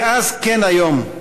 כאז כן היום,